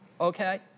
Okay